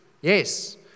yes